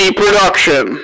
production